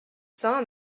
saw